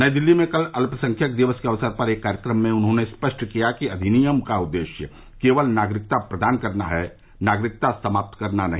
नई दिल्ली में कल अल्पसंख्यक दिवस के अवसर पर एक कार्यक्रम में उन्होंने स्पष्ट किया कि अधिनियम का उद्देश्य केवल नागरिकता प्रदान करना है नागरिकता समाप्त करना नहीं